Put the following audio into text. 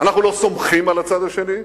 אנחנו לא סומכים על הצד השני.